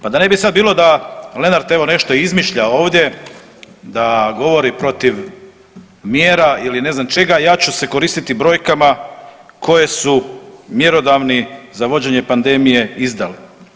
Pa da ne bi sad bilo da Lenart nešto izmišlja ovdje da govori protiv mjera ili ne znam čega, ja ću se koristiti brojkama koje su mjerodavni za vođenje pandemije izdali.